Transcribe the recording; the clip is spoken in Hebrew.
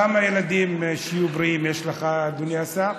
כמה ילדים, שיהיו בריאים, יש לך, אדוני השר?